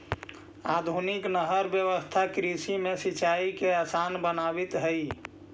आधुनिक नहर व्यवस्था कृषि में सिंचाई के आसान बनावित हइ